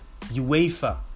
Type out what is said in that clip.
UEFA